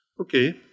Okay